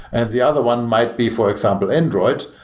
and the other one might be, for example, android,